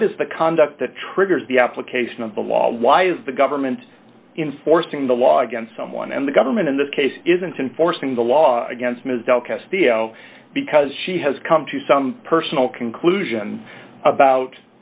what is the conduct that triggers the application of the law why is the government enforcing the law against someone and the government in this case isn't enforcing the law against ms del castillo because she has come to some personal conclusion about